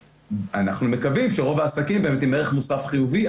אנחנו מקווים שרוב העסקים באמת עם ערך מוסף חיובי,